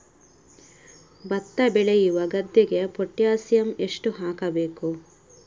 ಭತ್ತ ಬೆಳೆಯುವ ಗದ್ದೆಗೆ ಪೊಟ್ಯಾಸಿಯಂ ಎಷ್ಟು ಹಾಕಬೇಕು?